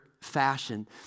fashion